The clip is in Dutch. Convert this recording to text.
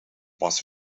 was